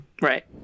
right